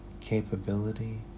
capability